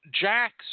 Jacks